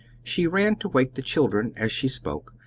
she ran to wake the children, as she spoke,